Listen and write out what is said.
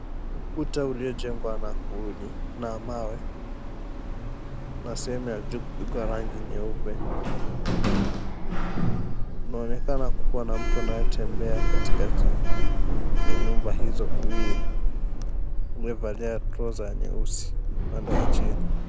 Ukuta uliojengwa na kuni na mawe, na sehemu ya juu kupigwa rangi ya nyeupe, kunaonekana kuwa na mtu anayetembea katikati ya nyumba hizo mbili. Amevalia trouser ya nyeusi upande wa chini.